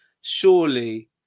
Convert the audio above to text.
surely